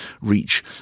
reach